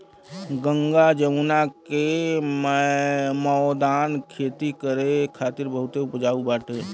गंगा जमुना के मौदान खेती करे खातिर बहुते उपजाऊ बाटे